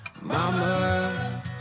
Mama